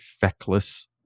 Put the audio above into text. feckless